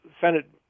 Senate